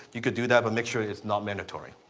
you could do that but make sure it's not mandatory.